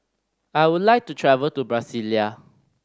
I would like to travel to Brasilia